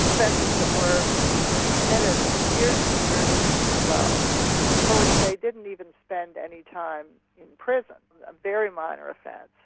offences that were committed years and years ago for which they didn't even spend any time in prison, a very minor offence.